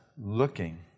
looking